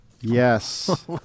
Yes